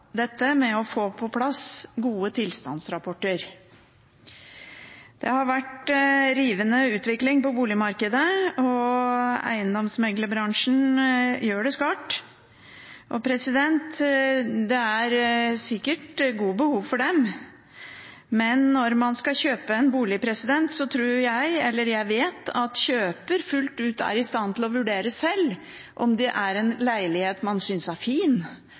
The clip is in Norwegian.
dette med å få på plass gode tilstandsrapporter. Det har vært en rivende utvikling på boligmarkedet, og eiendomsmeglerbransjen gjør det skarpt. Det er sikkert stort behov for den, men når man skal kjøpe en bolig, vet jeg at kjøperen selv fullt ut er i stand til å vurdere om det er en leilighet man synes er fin,